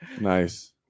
Nice